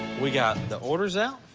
we got the orders out,